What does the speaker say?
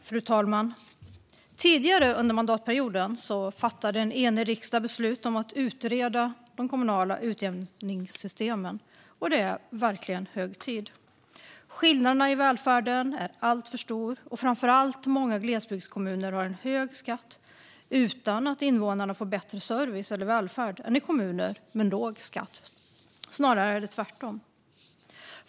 Fru talman! Tidigare under mandatperioden fattade en enig riksdag beslut om att utreda de kommunala utjämningssystemen, och det är verkligen hög tid. Skillnaderna i välfärden är alltför stora, och framför allt har många glesbygdskommuner en hög skatt utan att invånarna får bättre service eller välfärd än i kommuner med låg skatt - det är snarare tvärtom.